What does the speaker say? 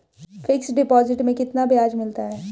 Fix deposit में कितना ब्याज मिलता है?